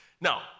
Now